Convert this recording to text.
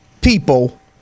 people